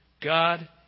God